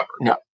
No